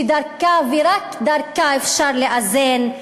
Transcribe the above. שדרכה ורק דרכה אפשר לאזן,